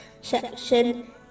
section